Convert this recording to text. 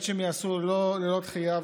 שבאמת הן ייעשו ללא דחייה.